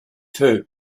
too